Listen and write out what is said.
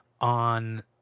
on